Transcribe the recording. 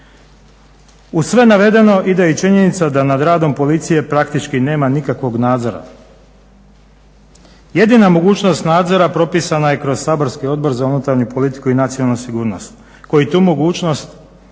Uz sve navedeno ide i činjenica da nad radom Policije praktički nema nikakvog nadzora. Jedina mogućnost nadzora propisana je kroz saborski Odbor za unutarnju politiku i nacionalnu sigurnost koji tu mogućnost